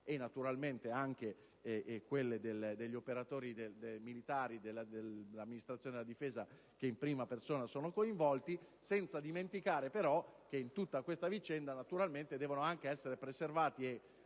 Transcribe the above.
e naturalmente gli operatori militari dell'Amministrazione della difesa che in prima persona sono coinvolti, senza dimenticare però che in questa vicenda devono anche essere preservati